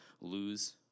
lose